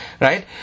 right